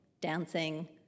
dancing